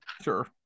Sure